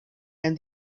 and